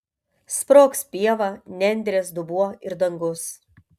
sprogs pieva nendrės dubuo ir dangus